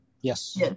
Yes